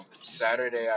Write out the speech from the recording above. Saturday